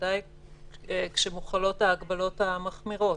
ודאי כשמוחלות ההגבלות המחמירות